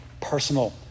Personal